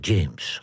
James